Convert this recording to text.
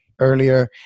Earlier